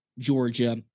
georgia